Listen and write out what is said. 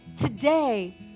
Today